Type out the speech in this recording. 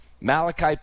Malachi